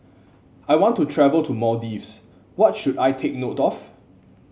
I want to travel to Maldives what should I take note of